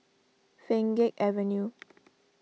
Pheng Geck Avenue